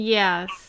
yes